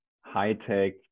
high-tech